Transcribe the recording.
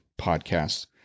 podcasts